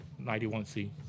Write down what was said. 91C